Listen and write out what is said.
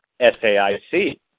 SAIC